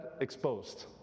exposed